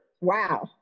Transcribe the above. Wow